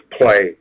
play